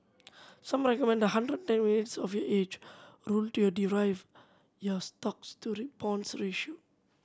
some recommend the one hundred and ten minus of your age rule to derive your stocks to bonds ratio